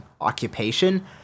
occupation